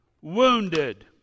wounded